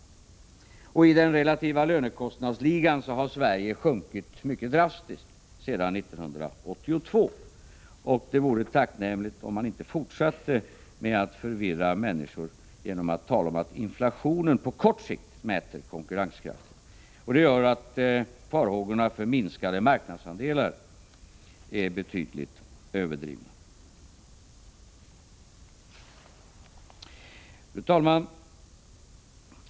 I den relativa lönekostnadsligan har Sverige sjunkit mycket drastiskt sedan 1982. Det vore tacknämligt om man inte fortsatte att förvirra människor genom att tala om att inflationen på kort sikt mäter konkurrenskraften. Detta gör att farhågorna för minskade marknadsandelar är betydligt överdrivna. Fru talman!